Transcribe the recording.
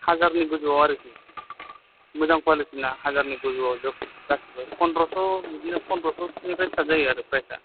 हाजारनि गोजौआव आरोखि मोजां कुवालिटिना हाजारनि गोजौआव जोब गासिबो पन्द्रस' बिदिनो पन्द्रस' सोनिफ्राय स्टार्ट जायो आरो प्राइसआ